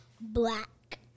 Black